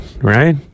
Right